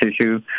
tissue